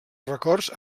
records